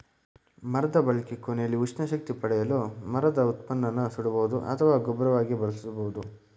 ಮರದ ಬಳಕೆ ಕೊನೆಲಿ ಉಷ್ಣ ಶಕ್ತಿ ಪಡೆಯಲು ಮರದ ಉತ್ಪನ್ನನ ಸುಡಬಹುದು ಅಥವಾ ಗೊಬ್ಬರವಾಗಿ ಬಳಸ್ಬೋದು